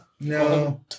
No